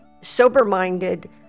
sober-minded